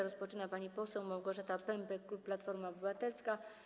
Rozpoczyna pani poseł Małgorzata Pępek, klub Platforma Obywatelska.